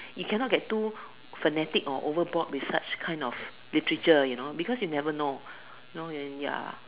you cannot get too fanatic or overboard with such kind of literature you know because you never know you know and ya